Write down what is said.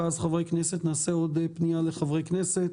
ואז נעשה עוד פנייה לחברי כנסת,